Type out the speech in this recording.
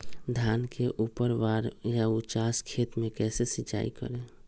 धान के ऊपरवार या उचास खेत मे कैसे सिंचाई करें?